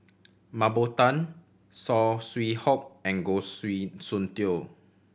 Mah Bow Tan Saw Swee Hock and Goh Soon Tioe